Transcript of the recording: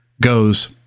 goes